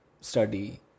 study